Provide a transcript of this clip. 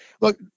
look